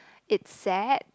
it's sad